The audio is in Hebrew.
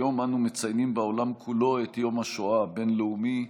היום אנו מציינים בעולם כולו את יום השואה הבין-לאומי.